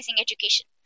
education